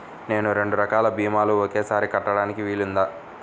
నేను రెండు రకాల భీమాలు ఒకేసారి కట్టడానికి వీలుందా?